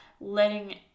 letting